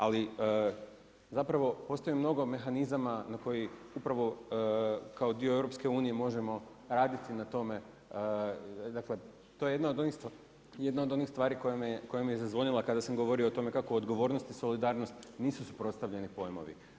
Ali postoji mnogo mehanizama na koji upravo kao dio EU možemo raditi na tome, dakle to je jedna od onih stvari koja mi je zazvonila kada sam govorio o tome kako odgovornost i solidarnost nisu suprotstavljeni pojmovi.